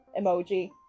emoji